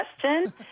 question